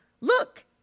look